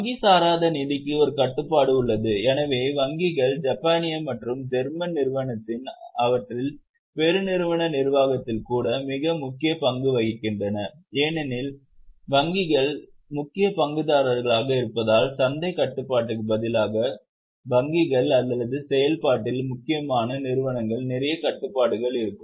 வங்கி சாராத நிதிக்கு ஒரு கட்டுப்பாடு உள்ளது எனவே வங்கிகள் ஜப்பானிய மற்றும் ஜேர்மன் நிறுவனங்களில் அவற்றின் பெருநிறுவன நிர்வாகத்தில் கூட மிக முக்கிய பங்கு வகிக்கின்றன ஏனெனில் வங்கிகள் முக்கிய பங்குதாரர்களாக இருப்பதால் சந்தைக் கட்டுப்பாட்டுக்கு பதிலாக வங்கிகள் அல்லது செயல்பாட்டில் முக்கியமான நிறுவனங்கள் நிறைய கட்டுப்பாடுகள் இருக்கும்